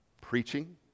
preaching